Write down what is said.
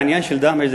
העניין של דהמש,